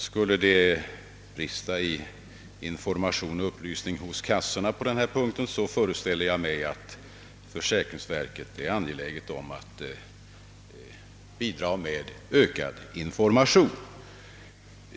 Skulle det brista i information och upplysning hos kassorna på denna punkt, så föreställer jag mig att försäkringsverket är angeläget att bidra med ökad information.